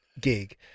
gig